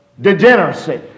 degeneracy